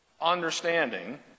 understanding